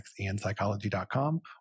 sexandpsychology.com